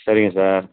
சரிங்க சார்